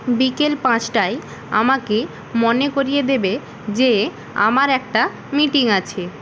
বিকেল পাঁচটায় আমাকে মনে করিয়ে দেবে যে আমার একটা মিটিং আছে